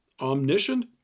omniscient